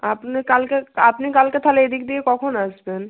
আপনি কালকে আপনি কালকে তাহলে এদিক দিয়ে কখন আসবেন